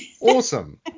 Awesome